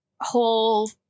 whole